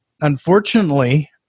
Unfortunately